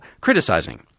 criticizing